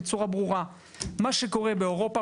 בצורה ברורה מה שקורה באירופה,